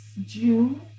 June